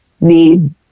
need